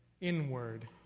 inward